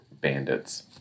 bandits